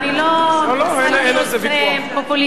ואני לא מנסה לתפוס טרמפ פופוליסטי,